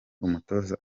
umutoza